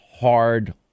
hard